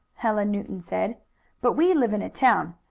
helen newton said but we live in a town.